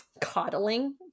coddling